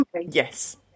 yes